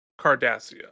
Cardassia